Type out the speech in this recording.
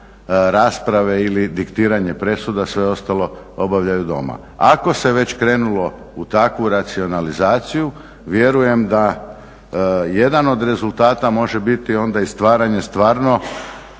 rasprave ili diktiranje presuda, sve ostalo obavljaju doma. Ako se već krenulo u takvu racionalizaciju vjerujem da jedan od rezultata može biti onda i stvaranje stvarno